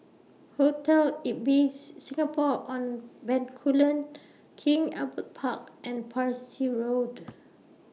Hotel Ibis Singapore on Bencoolen King Albert Park and Parsi Road